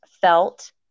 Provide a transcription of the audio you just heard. felt